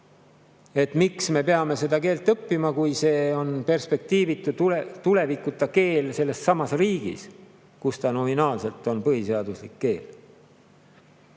"Miks me peame seda keelt õppima, kui see on perspektiivitu, tulevikuta keel sellessamas riigis, kus ta nominaalselt on põhiseaduslik keel?"